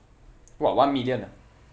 !wah! one million ah